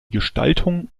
gestaltung